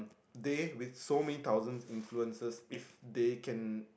they with so many thousand influences if they can